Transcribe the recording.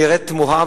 נראית תמוהה,